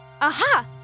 Aha